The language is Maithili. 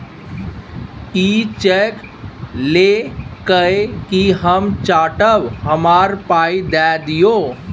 इ चैक लए कय कि हम चाटब? हमरा पाइ दए दियौ